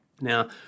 Now